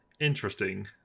Interesting